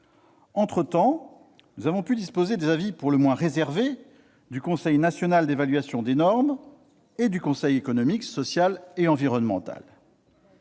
Entre-temps, nous avons pu disposer des avis pour le moins réservés du Conseil national d'évaluation des normes et du Conseil économique, social et environnemental.